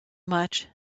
much